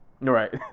right